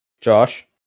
Josh